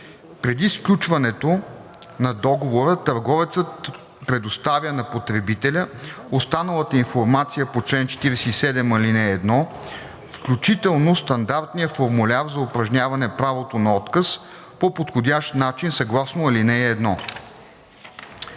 Преди сключването на договора, търговецът предоставя на потребителя останалата информация по чл. 47, ал. 1, включително стандартния формуляр за упражняване правото на отказ, по подходящ начин съгласно ал. 1.“